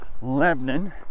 Lebanon